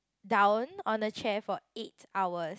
down on the chair for eight hours